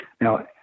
Now